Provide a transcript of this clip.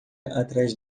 atrás